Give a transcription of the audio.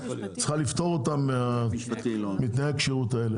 צריכה לפתור אותם מתנאי הכשירות האלה,